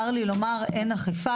צר לי לומר, אין אכיפה.